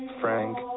Frank